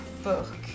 Book